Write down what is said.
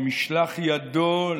למשלח ידו,